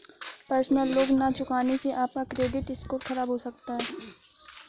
personal loan न चुकाने से आप का क्रेडिट स्कोर खराब हो सकता है